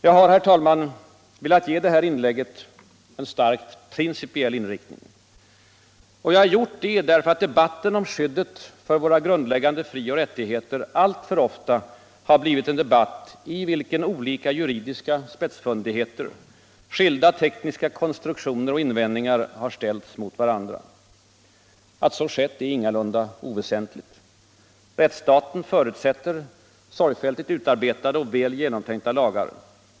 Jag har, herr talman, velat ge detta inlägg en starkt principiell inriktning. Jag har gjort det därför att debatten om skyddet för våra grundläggande frioch rättigheter alltför ofta har blivit en debatt i vilken olika juridiska spetsfundigheter, skilda tekniska konstruktioner och invändningar har ställts mot varandra. Att så skett är ingalunda oväsentligt. Rättsstaten förutsätter sorgfälligt utarbetade och väl genomtänkta lagar.